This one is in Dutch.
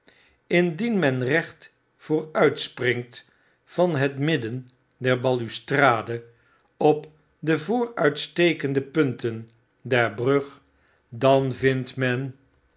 jndien men recht vooruit springt van het midden der balustrade op de vooruitstekende punten der brug dan vindt men